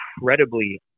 incredibly